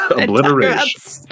obliteration